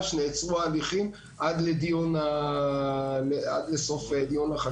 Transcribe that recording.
נעצרו ההליכים עד לסוף דיוני החקיקה.